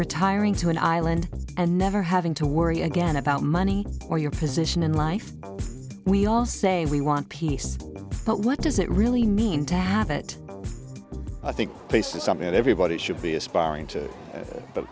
retiring to an island and never having to worry again about money or your position in life we all say we want peace but what does it really mean to have it i think place is something that everybody should be aspiring to but